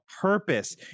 purpose